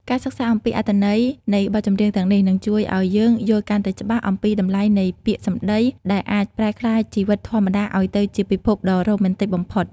ការសិក្សាអំពីអត្ថន័យនៃបទចម្រៀងទាំងនេះ នឹងជួយឱ្យយើងយល់កាន់តែច្បាស់អំពីតម្លៃនៃ "ពាក្យសម្តី" ដែលអាចប្រែក្លាយជីវិតធម្មតាឱ្យទៅជាពិភពដ៏រ៉ូមែនទិកបំផុត។